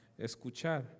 escuchar